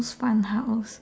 most fun house